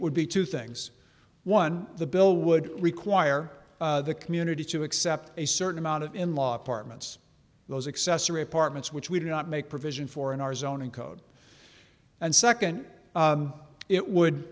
would be two things one the bill would require the community to accept a certain amount of in law apartments those accessory apartments which we did not make provision for in our zoning code and second it would